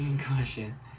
question